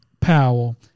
Powell